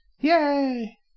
Yay